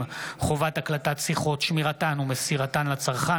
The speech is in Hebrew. הצעת חוק אסדרת שוק הקנביס לצריכה עצמית,